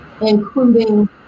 including